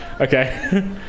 Okay